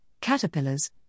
caterpillars